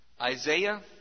Isaiah